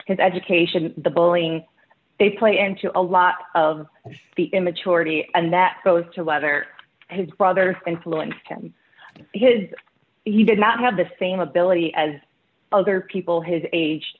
his education the bullying they play into a lot of the immaturity and that goes to whether his brother influenced him because he did not have the same ability as other people his age